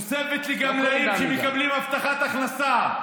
תוספת לגמלאים שמקבלים הבטחת הכנסה,